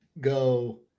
go